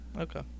Okay